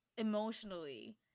emotionally